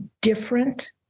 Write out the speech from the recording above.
different